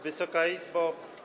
Wysoka Izbo!